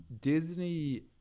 Disney